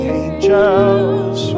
angels